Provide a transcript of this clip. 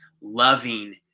loving